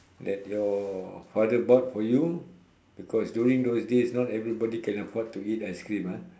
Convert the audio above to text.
that your father bought for you because during those days not everybody can afford to eat ice cream ah